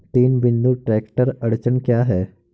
तीन बिंदु ट्रैक्टर अड़चन क्या है?